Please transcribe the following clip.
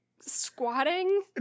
squatting